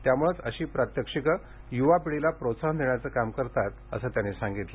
त्यामुळेच अशी प्रात्यक्षिकं यूवा पिढीला प्रोत्साहन देण्याचे काम करतात असं त्यांनी सांगितलं